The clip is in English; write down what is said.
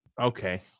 Okay